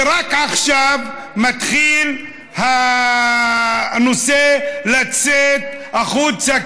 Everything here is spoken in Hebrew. ורק עכשיו מתחיל הנושא לצאת החוצה,